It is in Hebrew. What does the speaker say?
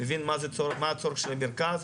מה הצורך של מרכז,